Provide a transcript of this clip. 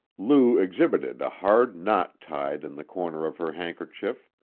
lou exhibited a hard knot tied in the corner of her handkerchief.